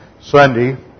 Sunday